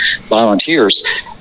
volunteers